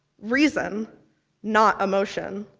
reason not emotion.